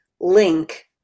link